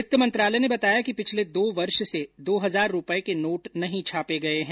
वित्त मंत्रालय ने बताया कि पिछले दो वर्ष से दो हजार रुपये के नोट नहीं छापे गए हैं